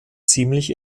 ziemlich